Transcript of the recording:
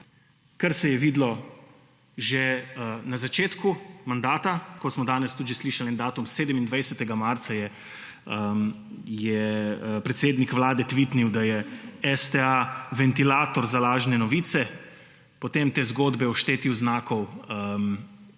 kar se je videlo že na začetku mandata, ko smo danes tudi že slišali en datum, 27. marca je predsednik Vlade tvitnil, da je STA ventilator za lažne novice, potem te zgodbe o štetju znakov pri